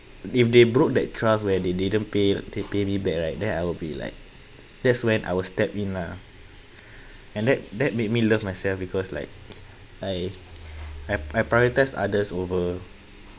if they broke that trust where they didn't pay to pay me back right then I will be like that's when I will step in lah and that that make me love myself because like I I I prioritised others over